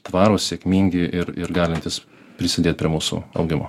tvarūs sėkmingi ir ir galintys prisidėt prie mūsų augimo